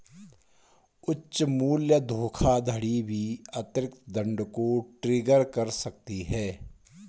उच्च मूल्य धोखाधड़ी भी अतिरिक्त दंड को ट्रिगर कर सकती है